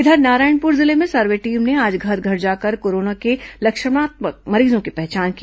इधर नारायणपूर जिले में सर्वे टीम ने आज घर घर जाकर कोरोना के लक्षणात्मक मरीजों की पहचान की